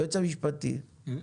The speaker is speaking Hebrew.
היועץ המשפטי, בבקשה.